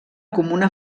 comuna